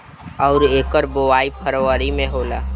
अउर एकर बोवाई फरबरी मे होला